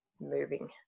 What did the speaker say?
moving